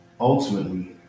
ultimately